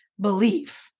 belief